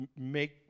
make